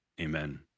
Amen